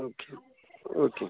okay okay okay